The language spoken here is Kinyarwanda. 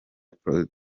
prostate